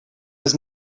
was